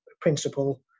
principle